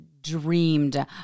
dreamed